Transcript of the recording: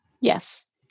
Yes